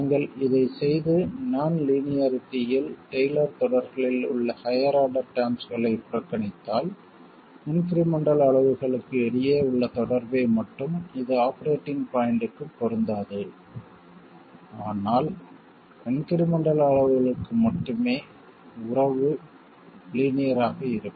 நீங்கள் இதைச் செய்து நான் லீனியாரிட்டியில் டெய்லர் தொடர்களில் உள்ள ஹையர் ஆர்டர் டெர்ம்ஸ்களை புறக்கணித்தால் இன்க்ரிமென்ட்டல் அளவுகளுக்கு இடையே உள்ள தொடர்பை மட்டும் இது ஆபரேட்டிங் பாய்ண்ட்க்கு பொருந்தாது ஆனால் இன்க்ரிமென்ட்டல் அளவுகளுக்கு மட்டுமே உறவு ஆக லீனியர் இருக்கும்